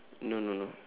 no no no